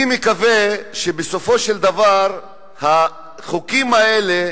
אני מקווה שבסופו של דבר החוקים האלה,